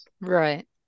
Right